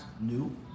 new